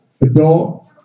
adult